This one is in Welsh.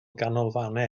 ganolfannau